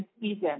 season